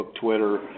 Twitter